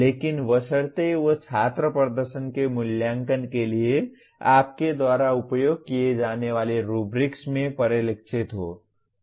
लेकिन बशर्ते वे छात्र प्रदर्शन के मूल्यांकन के लिए आपके द्वारा उपयोग किए जाने वाले रुब्रिक्स में परिलक्षित हों